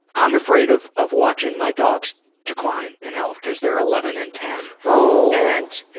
um afraid of of watching my dogs decline in health, because they're eleven and ten. ohhhhh! and